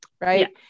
right